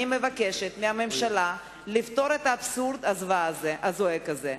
אני מבקשת מהממשלה לפתור את האבסורד הזועק הזה.